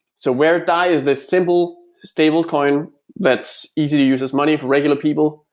so where dai is this simple stablecoin that's easy to use as money for regular people,